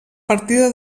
partida